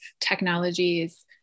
technologies